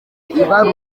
ibaruramari